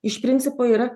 iš principo yra